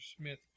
Smith